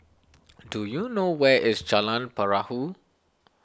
do you know where is Jalan Perahu